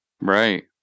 Right